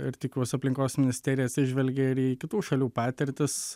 ir tikiuos aplinkos ministerija atsižvelgė ir į kitų šalių patirtis